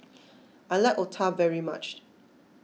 I like Otah very much